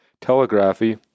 telegraphy